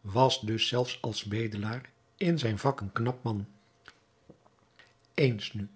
was dus zelfs als bedelaar in zijn vak een knap man eens nu